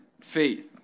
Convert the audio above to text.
faith